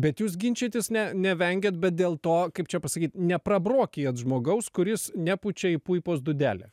bet jūs ginčytis ne nevengėt bet dėl to kaip čia pasakyt neprabrokijat žmogaus kuris nepučia į puipos dūdelę